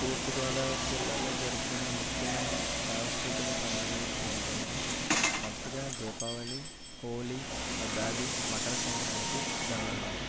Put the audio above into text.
తూర్పుగోదావరి జిల్లాలో జరుపుకునే ముఖ్యమైన సాంస్కృతిక పండగలు ఏమిటంటే మొదటిగా దీపావళి హోలీ ఉగాది మకర సంక్రాంతి ధనుర్మాసం